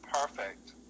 perfect